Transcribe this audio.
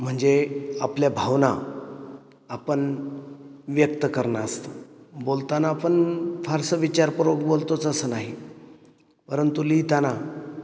म्हणजे आपल्या भावना आपण व्यक्त करणं असतं बोलताना आपण फारसं विचारपूर्वक बोलतोच असं नाही परंतु लिहिताना